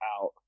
out